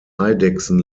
eidechsen